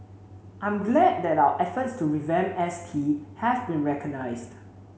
I'm glad that our efforts to revamp S T have been recognised